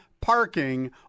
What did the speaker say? parking